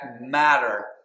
matter